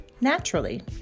Naturally